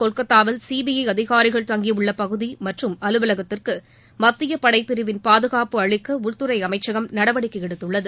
கொல்கத்தாவில் சிபிஐ அதிகாரிகள் தங்கியுள்ள பகுதி மற்றும் அலுவலகத்திற்கு மத்திய படைப்பிரிவின் பாதுகாப்பு அளிக்க உள்துறை அமைச்சகம் நடவடிக்கை எடுத்துள்ளது